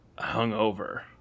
hungover